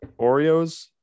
Oreos